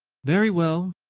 very well.